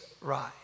rise